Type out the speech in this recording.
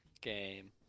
game